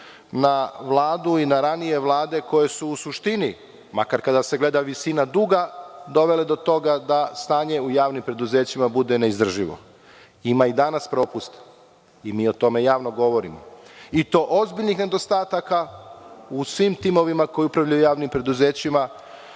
na Vladu i na ranije vlade koje su u suštini, makar kada se gleda visina duga, dovele do toga da stanje u javnim preduzećima bude neizdrživo. Ima i danas propusta i mi o tome javno govorimo i to ozbiljnih nedostataka u svim timovima koji upravljaju javnim preduzećima